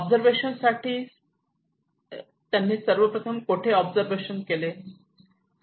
observation साठी त्यांनी सर्वप्रथम कोठे ऑब्झर्वेशन केले